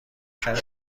کمی